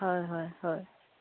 হয় হয় হয়